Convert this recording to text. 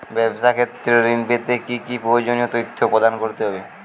ব্যাবসা ক্ষেত্রে ঋণ পেতে কি কি প্রয়োজনীয় তথ্য প্রদান করতে হবে?